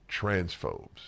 transphobes